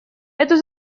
эту